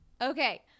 okay